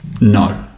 No